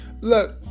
look